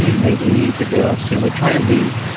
maybe the dev ops team would try and leave,